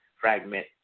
fragment